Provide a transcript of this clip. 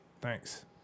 thanks